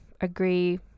agree